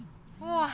!wah!